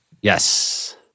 Yes